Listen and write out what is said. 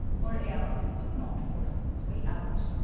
or else it would not force its way out.